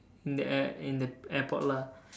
in the air in the airport lah